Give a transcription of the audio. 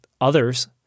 others